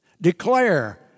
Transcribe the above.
Declare